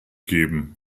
geben